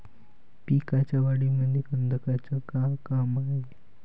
पिकाच्या वाढीमंदी गंधकाचं का काम हाये?